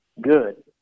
good